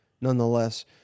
nonetheless